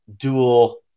dual